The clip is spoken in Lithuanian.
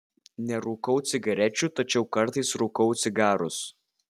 nerūkau cigarečių tačiau kartais rūkau cigarus